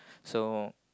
so